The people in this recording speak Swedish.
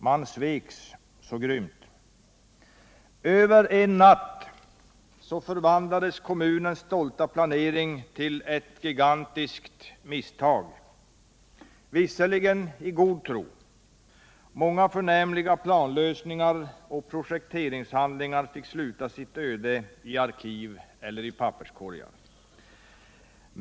Man sveks så grymt. Över en natt förvandlades kommunens stolta planering till ett gigantiskt misstag — visserligen i god tro. Många förnämliga planlösningar och projekteringshandlingar fick sluta sitt öde i arkiv eller papperskorgar.